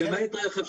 למעט רכב,